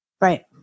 Right